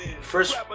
First